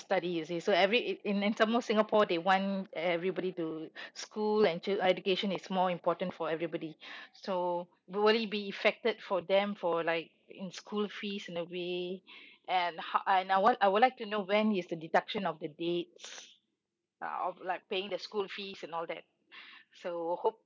study you see so every it in and some more singapore they want everybody to school and chil~ education is more important for everybody so would it be effected for them for like in school fees in a way and how and I want I would like to know when is the deduction of the date I would like paying the school fees and all that so hope